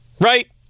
right